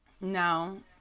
No